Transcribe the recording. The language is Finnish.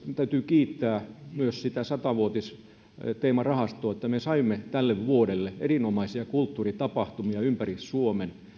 täytyy kiittää myös sata vuotisteemarahastoa että me saimme tälle vuodelle erinomaisia kulttuuritapahtumia ympäri suomen